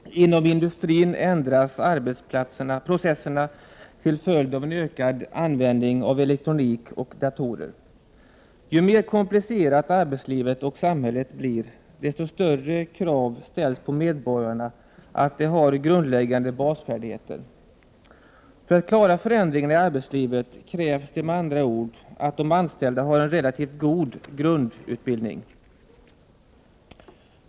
Inom industrin ändras arbets Prot. 1988/89:104 processerna till följd av ökad användning av elektronik och datorer. Ju mer 26 april 1989 komplicerat arbetslivet och samhället blir, desto större krav ställs på medborgarna att de har grundläggande basfärdigheter. För att klara förändringarna i arbetslivet krävs det med andra ord att de anställda har en relativt god grundutbildning.